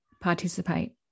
participate